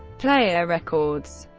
player records,